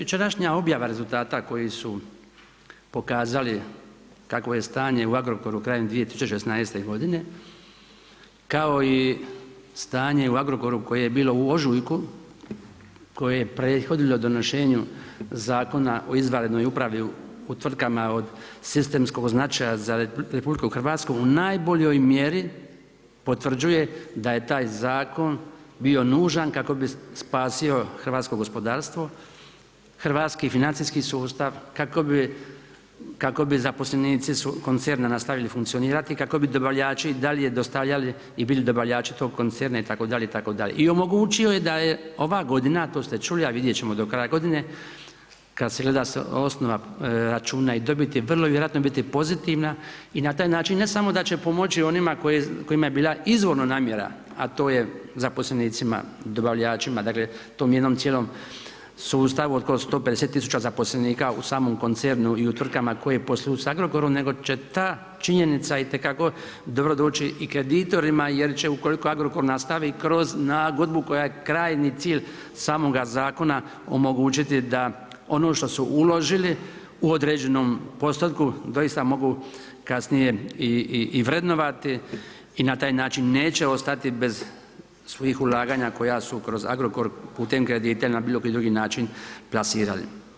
Jučerašnja objava rezultata koji su pokazali kakvo je stanje u Agrokoru krajem 2016. godine kao i stanje u Agrokoru koje je bilo u ožujku koje je prethodilo donošenju Zakon o izvanrednoj upravi u tvrtkama od sistemskog značaja za RH u najboljoj mjeri potvrđuje da je taj zakon bio nužan kako bi spasio hrvatsko gospodarstvo, hrvatski financijski sustav, kako bi zaposlenici koncerna nastavili funkcionirati, kako bi dobavljači i dalje dostavljali i bili dobavljači tog koncerna itd., itd. i omogućio je da je ova godina, a to ste čuli, vidjet ćemo do kraja godine, kada se gleda osnova računa i dobiti vrlo vjerojatno biti pozitivna i na taj način ne samo da će pomoći onima kojima je bila izvorno namjera, a to je zaposlenicima, dobavljačima dakle tom jednom cijelom sustavu oko 150 tisuća zaposlenika u samom koncernu i u tvrtkama koje posluju sa Agrokorom nego će ta činjenica itekako dobro doći i kreditorima jer će ukoliko Agrokor nastavi kroz nagodbu koja je krajnji cilj samoga zakona omogućiti da ono što su uložili u određenom postotku doista mogu kasnije i vrednovati i na taj način neće ostati bez svojih ulaganja koja su kroz Agrokor pute kredite ili na bilo koji drugi način plasirali.